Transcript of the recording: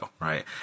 Right